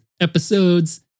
episodes